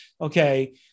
okay